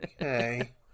Okay